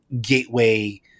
gateway